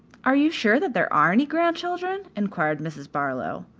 are you sure that there are any grandchildren? enquired mrs. barlow.